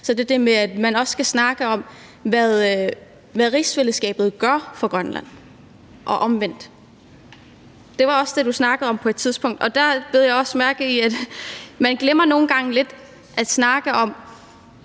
er det det med, at man også skal snakke om, hvad rigsfællesskabet gør for Grønland og omvendt. Det var også det, du snakkede om på et tidspunkt, og der bed jeg også mærke i, at man nogle gange lidt glemmer at snakke om,